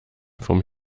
vom